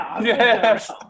Yes